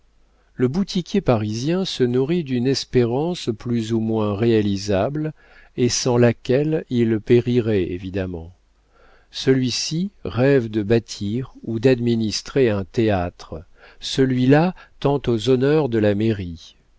le boutiquier parisien se nourrit d'une espérance plus ou moins réalisable et sans laquelle il périrait évidemment celui-ci rêve de bâtir ou d'administrer un théâtre celui-là tend aux honneurs de la mairie